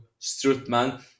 Strutman